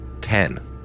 ten